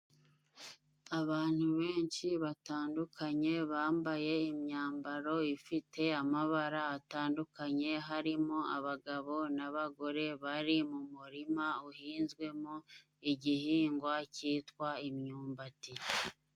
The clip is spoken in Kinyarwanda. Abantu benshi batandukanye, bambaye imyambaro ifite amabara atandukanye, harimo abagabo n'abagore bari mu murima uhinzwemo igihingwa cyitwa imyumbati.